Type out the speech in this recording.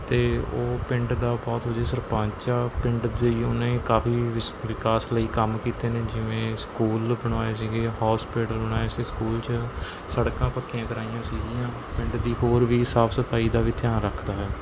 ਅਤੇ ਉਹ ਪਿੰਡ ਦਾ ਬਹੁਤ ਵਧੀਆ ਸਰਪੰਚ ਆ ਪਿੰਡ ਦੀ ਉਹਨੇ ਕਾਫੀ ਵਿਸ ਵਿਕਾਸ ਲਈ ਕੰਮ ਕੀਤੇ ਨੇ ਜਿਵੇਂ ਸਕੂਲ ਬਣਾਏ ਸੀਗੇ ਹੋਸਪਿਟਲ ਬਣਾਏ ਸੀ ਸਕੂਲ 'ਚ ਸੜਕਾਂ ਪੱਕੀਆਂ ਕਰਾਈਆਂ ਸੀਗੀਆਂ ਪਿੰਡ ਦੀ ਹੋਰ ਵੀ ਸਾਫ਼ ਸਫ਼ਾਈ ਦਾ ਵੀ ਧਿਆਨ ਰੱਖਦਾ ਹੈ